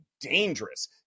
dangerous